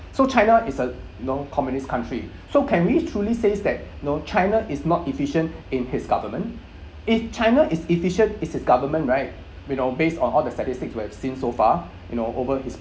so china is a known communist country so can we truly says that know china is not efficient in it's government if china is efficient as a government right you know based on all the statistics we have seen so far you know over it's